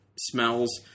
smells